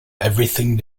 everything